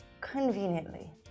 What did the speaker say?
conveniently